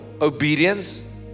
Obedience